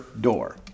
door